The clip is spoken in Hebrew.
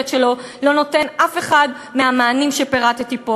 שלו לא נותן אף אחד מהמענים שפירטתי פה.